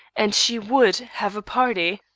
and she would have a party.